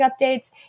updates